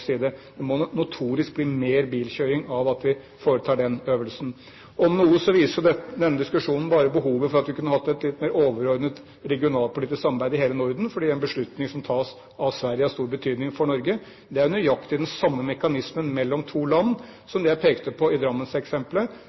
side, og veldig få på norsk side. Det må notorisk bli mer bilkjøring av at vi foretar den øvelsen. Om noe viser denne diskusjonen bare behovet for at vi kunne hatt et litt mer overordnet regionalpolitisk samarbeid i hele Norden, fordi en beslutning som tas av Sverige, har stor betydning for Norge. Det er nøyaktig den samme mekanismen mellom to land som det jeg pekte på i